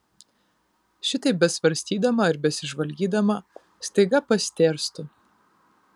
šitaip besvarstydama ir besižvalgydama staiga pastėrstu